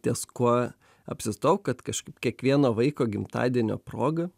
ties kuo apsistojau kad kažkaip kiekvieno vaiko gimtadienio proga